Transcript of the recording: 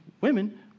women